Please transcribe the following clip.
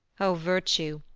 o virtue,